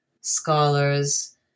scholars